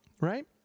right